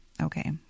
okay